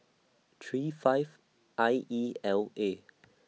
three five I E L A